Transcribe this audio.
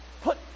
put